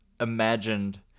imagined